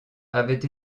avaient